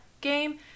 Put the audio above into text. game